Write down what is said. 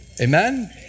Amen